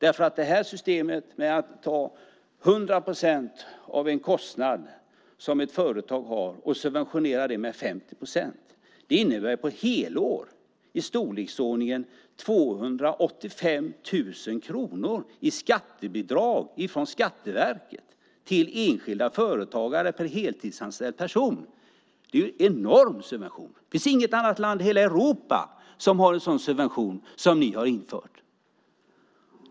Systemet att subventionera 100 procent av ett företags kostnad med 50 procent innebär på ett helår i storleksordningen 285 000 kronor i skattebidrag från Skatteverket till enskilda företagare för heltidsanställd person. Det är en enorm subvention. Det finns inget annat land i hela Europa som har en sådan subvention som ni har infört.